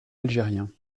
algériens